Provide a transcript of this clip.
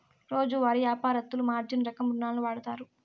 రోజువారీ యాపారత్తులు మార్జిన్ రకం రుణాలును వాడుతారు